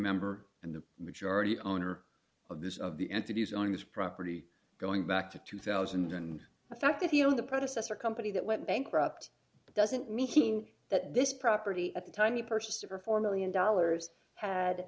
member and the majority owner of this of the entities on this property going back to two thousand and the fact that he owned the predecessor company that went bankrupt doesn't mean that this property at the time he purchased for four million dollars had